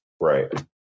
Right